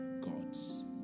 gods